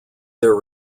their